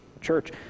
church